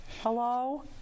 Hello